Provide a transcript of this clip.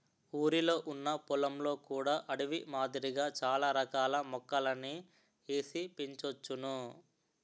ఊరిలొ ఉన్న పొలంలో కూడా అడవి మాదిరిగా చాల రకాల మొక్కలని ఏసి పెంచోచ్చును